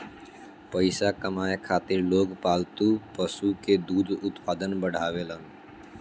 पइसा कमाए खातिर लोग पालतू पशु के दूध के उत्पादन बढ़ावेलन